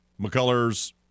McCullers